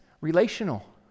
relational